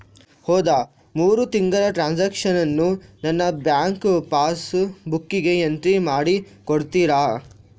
ಹೋದ ಮೂರು ತಿಂಗಳ ಟ್ರಾನ್ಸಾಕ್ಷನನ್ನು ನನ್ನ ಬ್ಯಾಂಕ್ ಪಾಸ್ ಬುಕ್ಕಿಗೆ ಎಂಟ್ರಿ ಮಾಡಿ ಕೊಡುತ್ತೀರಾ?